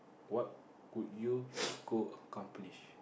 what would you go accomplish